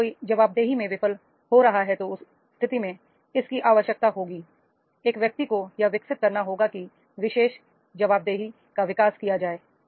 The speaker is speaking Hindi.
यदि कोई जवाबदेही में विफल हो रहा है तो उस स्थिति में इसकी आवश्यकता होती है एक व्यक्ति को यह विकसित करना होगा कि विशेष जवाबदेही का विकास किया जाए